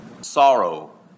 sorrow